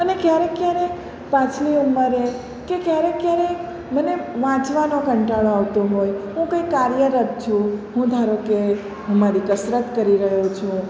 અને ક્યારેક ક્યારેક પાછી અમારે કે ક્યારેક ક્યારેક મને વાંચવાનો કંટાળો આવતો હોય હું કાંઇ કાર્યરત છું હું ધારોકે હું મારી કસરત કરી રહ્યો છું